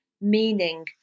meaning